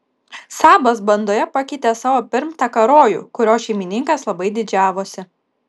sabas bandoje pakeitė savo pirmtaką rojų kuriuo šeimininkas labai didžiavosi